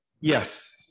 yes